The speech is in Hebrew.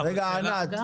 רגע, שאלה.